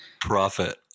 Profit